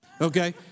okay